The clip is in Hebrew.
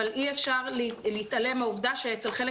אבל אי אפשר להתעלם מהעובדה שאצל חלק